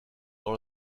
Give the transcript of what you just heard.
dans